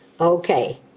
Okay